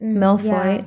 mm yeah